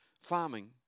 farming